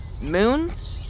moons